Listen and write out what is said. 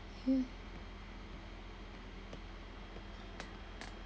here